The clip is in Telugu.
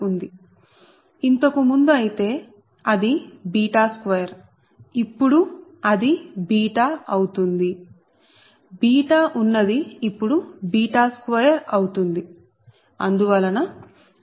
ఇంతకు ముందు అయితే అది 2 ఇప్పుడు అది అవుతుంది ఉన్నది ఇప్పుడు 2 అవుతుంది అందువలన VbVa∠ 240Vaej120βVa